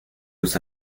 usa